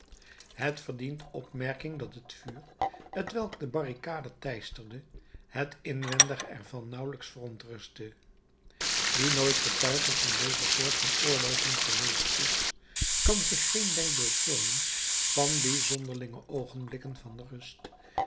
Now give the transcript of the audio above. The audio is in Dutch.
het verdient opmerking dat het vuur t welk de barricade teisterde het inwendige ervan nauwelijks verontrustte wie nooit getuige van deze soort van oorlogen geweest is kan zich geen denkbeeld vormen van die zonderlinge oogenblikken van rust